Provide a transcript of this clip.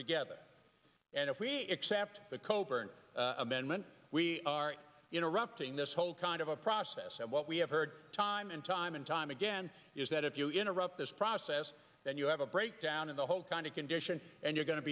together and if we except the coburn amendment we are interrupting this whole kind of a process and what we have heard time and time and time again is that if you interrupt this process then you have a breakdown in the whole kind of condition and you're going to